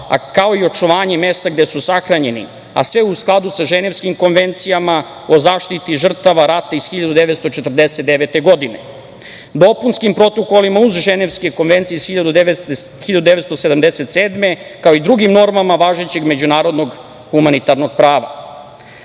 kao i očuvanje mesta gde su sahranjeni, a sve u skladu sa Ženevskom konvencijom o zaštiti žrtava rata iz 1949. godine. Dopunskim protokolima uz Ženevsku konvenciju iz 1977. godine, kao i drugim normama važećeg međunarodnog humanitarnog